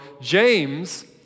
James